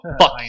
fuck